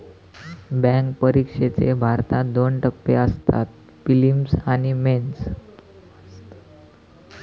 bank परिक्षेचे भारतात दोन टप्पे असतत, पिलिम्स आणि मेंस